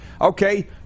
Okay